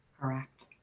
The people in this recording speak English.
Correct